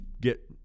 get